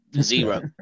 Zero